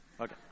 Okay